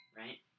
right